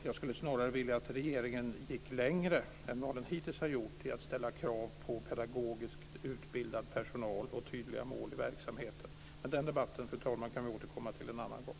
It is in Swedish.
Jag skulle snarare vilja att regeringen gick längre än vad den hittills har gjort i att ställa krav på pedagogiskt utbildad personal och tydliga mål i verksamheten. Men den debatten, fru talman, kan vi återkomma till en annan gång.